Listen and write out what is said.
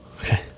Okay